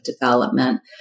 development